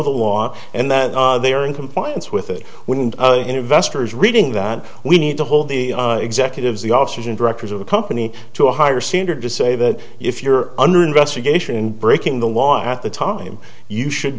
the law and that they are in compliance with it wouldn't investors reading that we need to hold the executives the officers and directors of the company to a higher standard to say that if you're under investigation breaking the law at the time you should